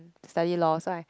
study law so I